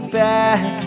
back